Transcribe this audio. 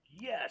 yes